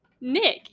Nick